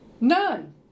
None